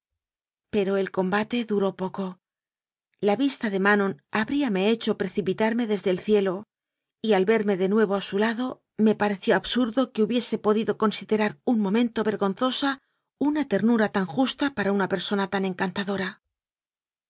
pero el combate duró poco la vista de manon habríame hecho precipitarme desde el cielo y al verme de nuevo a su lado me pareció absurdo que hu biese podido considerar un momento vergonzosa una ternura tan justa para una persona tan en